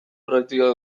praktika